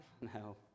no